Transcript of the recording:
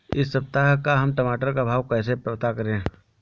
इस सप्ताह का हम टमाटर का भाव कैसे पता करें?